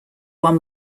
won